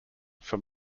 from